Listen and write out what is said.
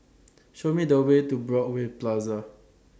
Show Me The Way to Broadway Plaza